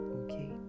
okay